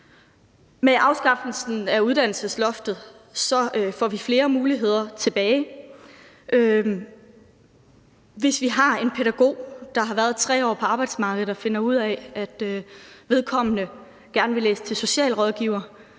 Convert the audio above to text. Med afskaffelsen af uddannelsesloftet får vi flere muligheder tilbage. Hvis vi har en pædagog, der har været 3 år på arbejdsmarkedet og finder ud af, at vedkommende gerne vil læse til socialrådgiver,